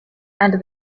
and